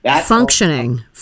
Functioning